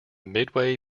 midway